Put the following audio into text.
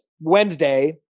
Wednesday